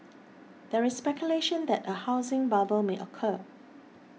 there is speculation that a housing bubble may occur